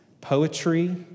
poetry